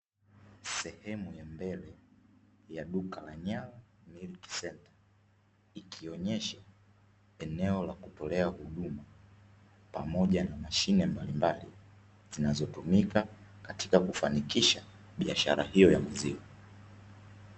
Sehemu ya mbele ya duka la Nyala Milk Centre, ikionyesha eneo la kutolea huduma, pamoja na mashine mbalimbali zinazotumika katika kufanikisha biashara hiyo ya maziwa.